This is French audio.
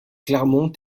clermont